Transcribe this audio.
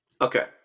Okay